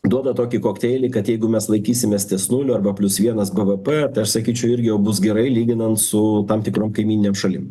duoda tokį kokteilį kad jeigu mes laikysimės ties nuliu arba plius vienas bvp tai aš sakyčiau irgi jau bus gerai lyginant su tam tikrom kaimyninėm šalim